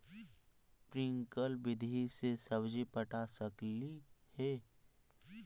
Sprinkle विधि से सब्जी पटा सकली हे?